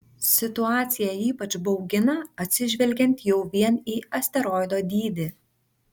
situacija ypač baugina atsižvelgiant jau vien į asteroido dydį